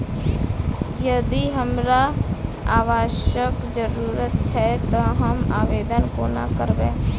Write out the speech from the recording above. यदि हमरा आवासक जरुरत छैक तऽ हम आवेदन कोना करबै?